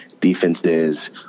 defenses